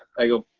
i go,